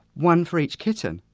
one for each kitten.